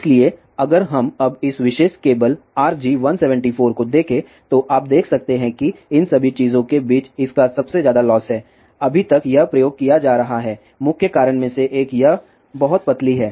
इसलिए अगर हम अब इस विशेष केबल RG 174 को देखें तो आप देख सकते हैं कि इन सभी चीजों के बीच इसका सबसे ज्यादा लॉस है अभी तक यह प्रयोग किया जा रहा है मुख्य कारण में से एक यह बहुत पतली है